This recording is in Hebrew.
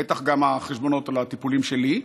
בטח גם החשבונות על הטיפולים שלי,